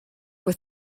with